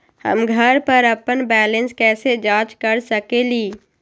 हम घर पर अपन बैलेंस कैसे जाँच कर सकेली?